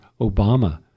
Obama